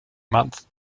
month